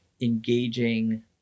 engaging